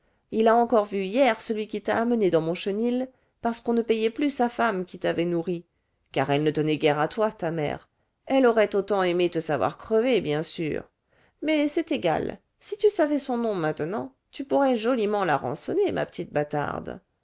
il a encore vu hier celui qui t'a amenée dans mon chenil parce qu'on ne payait plus sa femme qui t'avait nourrie car elle ne tenait guère à toi ta mère elle aurait autant aimé te savoir crevée bien sûr mais c'est égal si tu savais son nom maintenant tu pourrais joliment la rançonner ma petite bâtarde